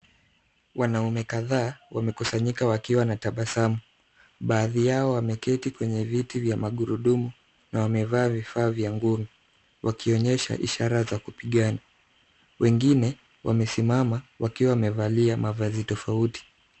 Wanaume kadhaa wamekusanyika wakiwa na tabasamu. Baadhi yao wameketi kwenye viti vya magurudumu na wamevaa vifaa vya ngumi wakionyesha ishara za kupigana. Wengine wamesimama wakiwa wamevalia mavazi tofauti.